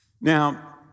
Now